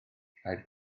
rhaid